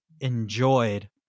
enjoyed